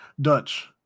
Dutch